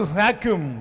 vacuum